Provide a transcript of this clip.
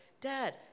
Dad